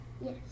yes